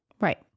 Right